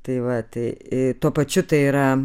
tai va tai tuo pačiu tai yra